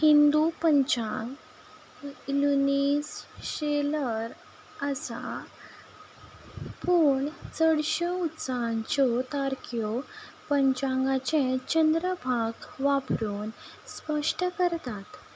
हिंदू पंचांग आसा पूण चडश्यो उत्सवांच्यो तारखो पंचांगाचें चंद्र भाग वापरून स्पश्ट करतात